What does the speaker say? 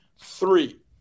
three